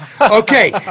Okay